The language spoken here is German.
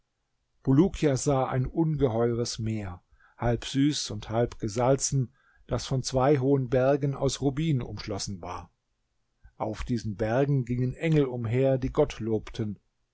bulukia sah ein ungeheures meer halb süß und halb gesalzen das von zwei hohen bergen aus rubin umschlossen war auf diesen bergen gingen engel umher die gott lobten